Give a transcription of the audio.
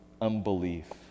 unbelief